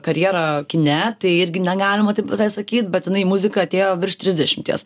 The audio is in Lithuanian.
karjerą kine tai irgi negalima taip visai sakyt bet jinai į muziką atėjo virš trisdešimties